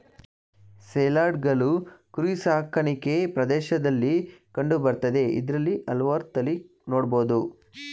ಸೇಲ್ಯಾರ್ಡ್ಗಳು ಕುರಿ ಸಾಕಾಣಿಕೆ ಪ್ರದೇಶ್ದಲ್ಲಿ ಕಂಡು ಬರ್ತದೆ ಇದ್ರಲ್ಲಿ ಹಲ್ವಾರ್ ತಳಿ ನೊಡ್ಬೊದು